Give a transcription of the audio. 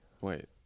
Wait